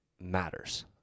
matters